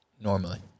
normally